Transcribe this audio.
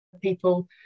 people